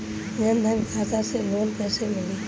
जन धन खाता से लोन कैसे मिली?